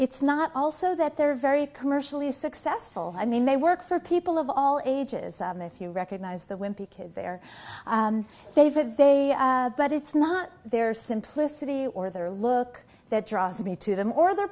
it's not also that they're very commercially successful i mean they work for people of all ages if you recognize the wimpy kid their favorite but it's not their simplicity or their look that draws me to them or their